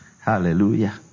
Hallelujah